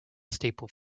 staple